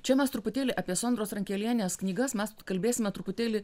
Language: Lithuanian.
čia mes truputėlį apie sondros rankelienės knygas mes kalbėsime truputėlį